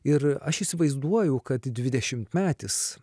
ir aš įsivaizduoju kad dvidešimtmetis